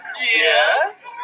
Yes